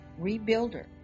rebuilder